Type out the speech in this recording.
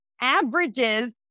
averages